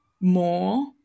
more